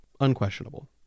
Unquestionable